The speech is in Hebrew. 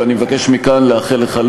ואני מבקש מכאן לאחל לך,